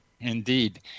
Indeed